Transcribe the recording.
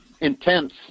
intense